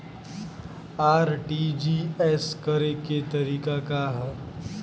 RTGS करे के तरीका का हैं?